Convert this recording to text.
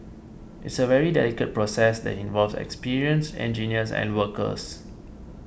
it's a very delicate process that involves experienced engineers and workers